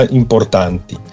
importanti